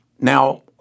Now